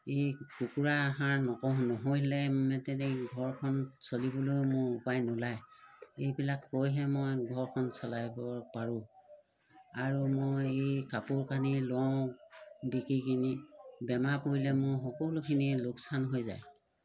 এই কুকুৰা আহাৰ নক নকৰিলে মানে তেনেকৈ ঘৰখন চলিবলৈও মোৰ উপায় নোলায় এইবিলাক কৈহে মই ঘৰখন চলাব পাৰোঁ আৰু মই এই কাপোৰ কানি লওঁ বিকি কিনি বেমাৰ কৰিলে মোৰ সকলোখিনিয়ে লোকচান হৈ যায়